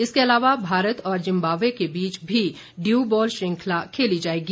इसके अलावा भारत और जिम्बाब्वे के बीच भी ड्यू बॉल श्रृंखला भी खेली जाएगी